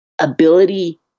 ability